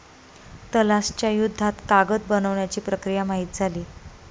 तलाश च्या युद्धात कागद बनवण्याची प्रक्रिया माहित झाली